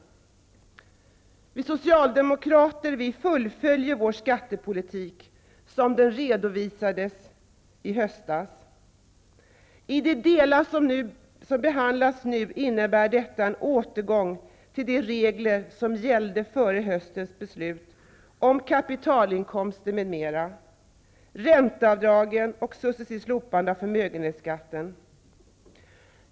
i socialdemokrater fullföljer vår skattepolitik som redovisades senast hösten 1991. I de delar som nu behandlas innebär detta förslag en återgång till de regler som gällde före höstens beslut om kapitalinkomster m.m., ränteavdrag och successivt slopande av förmögenhetsskatten.